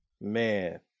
man